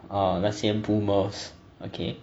orh 那些 boomers